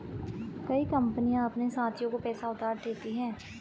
कई कंपनियां अपने साथियों को पैसा उधार देती हैं